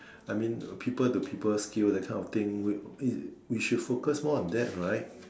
I mean people to people skills we we we should focus more on that right